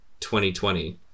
2020